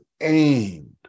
aimed